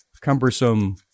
cumbersome